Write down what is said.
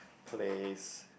place